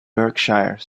berkshire